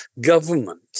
Government